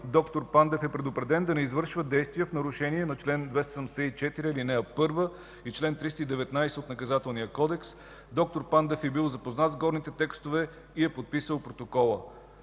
д-р Пандев е предупреден да не извършва действия в нарушение на чл. 274, ал. 1 и чл. 319 от Наказателния кодекс. Доктор Пандев е бил запознат с горните текстове и е подписал протокола.